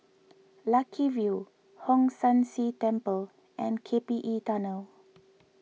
Lucky View Hong San See Temple and K P E Tunnel